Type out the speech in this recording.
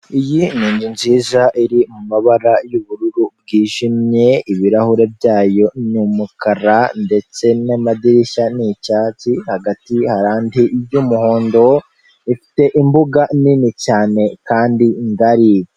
Iyi ni inzu nziza iri mu mabara y'ubururu bwijimye, ibirahure byayo ni umukara ndetse n'amadirishya ni icyatsi hagati hari andi y'umuhondo, ifite imbuga nini cyane kandi ngari.